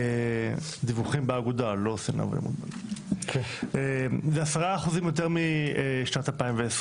דיווחים באגודה, זה 10% יותר משנת 2020,